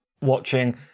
watching